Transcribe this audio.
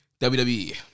WWE